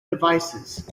devices